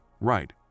right